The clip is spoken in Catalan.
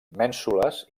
mènsules